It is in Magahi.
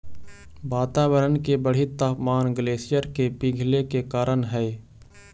वातावरण के बढ़ित तापमान ग्लेशियर के पिघले के कारण हई